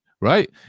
Right